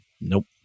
Nope